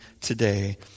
today